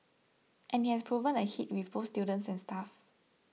and it has proven a hit with both students and staff